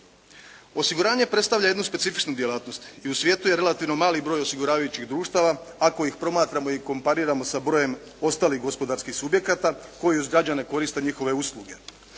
Osiguranje predstavlja jednu specifičnu djelatnost i u svijetu je relativno mali broj osiguravajućih društava, ako ih promatramo i kompariramo sa brojem ostalih gospodarskih subjekata koji uz građane koriste njihove usluge.